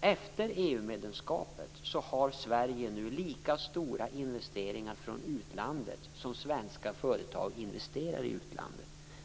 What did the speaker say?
Efter EU-medlemskapet har Sverige nu lika stora investeringar från utlandet som svenska företag har investeringar i utlandet.